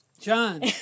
John